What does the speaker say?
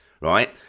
right